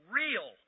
real